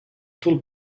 tool